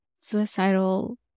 suicidal